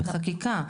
את החקיקה.